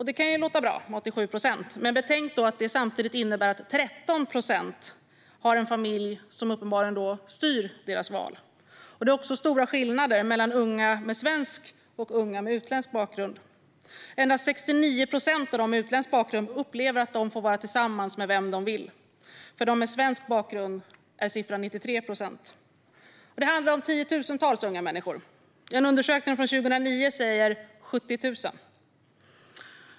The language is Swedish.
Det kan ju låta bra med 87 procent, men betänk då att det samtidigt innebär att 13 procent har en familj som uppenbarligen styr deras val. Det är också stora skillnader mellan unga med svensk bakgrund och unga med utländsk bakgrund. Endast 69 procent av dem med utländsk bakgrund upplever att de får vara tillsammans med vem de vill. För dem med svensk bakgrund är siffran 93 procent. Det handlar om tiotusentals unga människor. En undersökning från 2009 säger att det är 70 000.